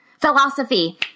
Philosophy